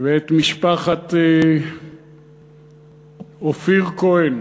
ומשפחת אופיר כהן,